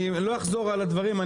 אני לא אחזור על הדברים,